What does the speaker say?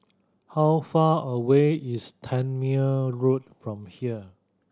how far away is Tangmere Road from here